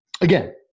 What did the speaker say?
Again